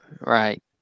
Right